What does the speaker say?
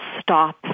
stop